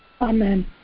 Amen